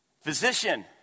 Physician